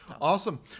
Awesome